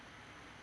ah